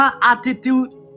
attitude